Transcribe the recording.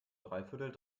dreiviertel